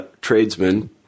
tradesmen